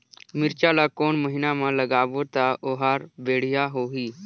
मिरचा ला कोन महीना मा लगाबो ता ओहार बेडिया होही?